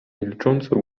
milcząco